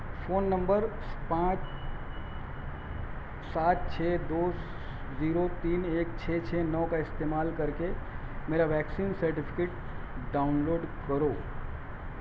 phone number پانچ سات چھ دو زیرو تین ایک چھ چھ نو کا استعمال کر کے میرا ویکسین سرٹیفکیٹ ڈاؤن لوڈ کرو